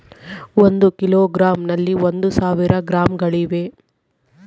ಒಂದು ಕಿಲೋಗ್ರಾಂ ನಲ್ಲಿ ಒಂದು ಸಾವಿರ ಗ್ರಾಂಗಳಿವೆ